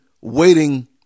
waiting